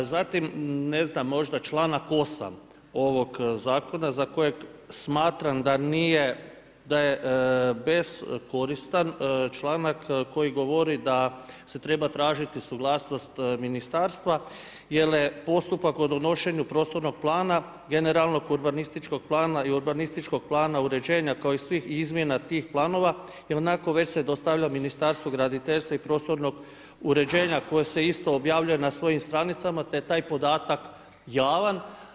Zatim, ne znam, možda čl. 8. ovog zakona za kojeg smatram da nije, da je beskoristan, članak koji govori da se treba tražiti suglasnost ministarstva, jer je postupak o donošenju prostornog plana, generalnog urbanističkog plana i urbanističkog plana uređenja, kao i svih izmjena tih planova, ionako već se dostavlja Ministarstvu graditeljstva i prostornog uređenja, koji se isto objavljuje na svojim stranicama, te je taj podatak javan.